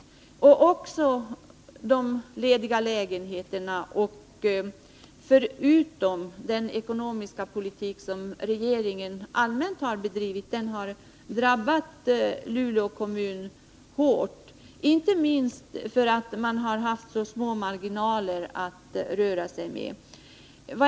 Detta gäller också de lediga lägenheterna. Den ekonomiska politik som regeringen allmänt har bedrivit har drabbat Luleå kommun hårt, inte minst med tanke på att kommunen har så små marginaler att röra sig med.